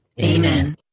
Amen